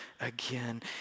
again